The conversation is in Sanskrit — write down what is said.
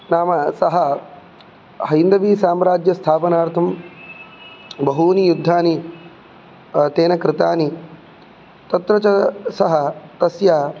नाम सः हैन्दवीसाम्राज्यस्थापनार्थं बहूनि युद्धानि तेन कृतानि तत्र च सः तस्य